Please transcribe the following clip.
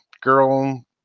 girl